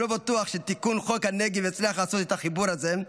ולא בטוח שתיקון חוק הנגב יצליח לעשות את החיבור הזה,